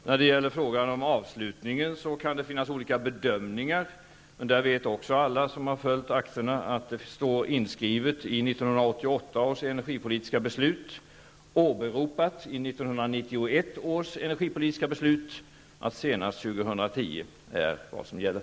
Beträffande frågan om avslutningen kan det finnas olika bedömningar. Men alla som har följt akterna vet att det står inskrivet i 1988 års energipolitiska beslut, åberopat i 1991 års energipolitiska beslut, att senast 2010 är vad som gäller.